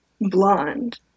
Blonde